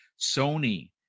Sony